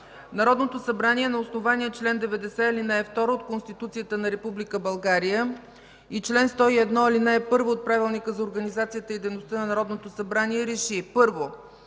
Народното събрание на основание чл. 90, ал. 2 от Конституцията на Република България и чл. 101, ал. 1 от Правилника за организацията и дейността на Народното събрание РЕШИ: